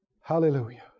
Hallelujah